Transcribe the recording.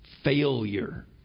failure